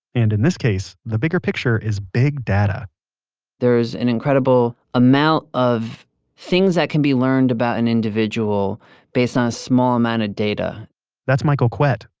and in this case, the bigger picture is big data there is an incredible amount of things that can be learned about an individual based on a small amount of data that's michael kwet.